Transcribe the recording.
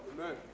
amen